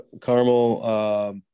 Carmel